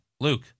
Luke